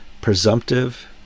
presumptive